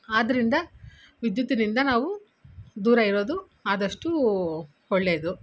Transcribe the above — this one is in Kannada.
ಆದ್ದರಿಂದ ವಿದ್ಯುತ್ತಿನಿಂದ ನಾವು ದೂರ ಇರೋದು ಆದಷ್ಟು ಒಳ್ಳೆಯದು